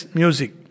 music